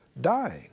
dying